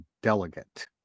delegate